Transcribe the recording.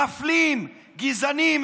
מפלים, גזענים.